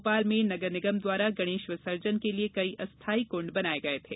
भोपाल में नगरनिगम द्वारा गणेश विसर्जन के लिए कई अस्थायी कुंड बनाये गये थे